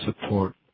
support